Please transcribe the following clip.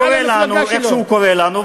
הוא קורא לנו איך שהוא קורא לנו,